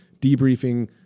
debriefing